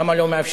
למה לא מאפשרים,